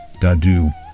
Dadu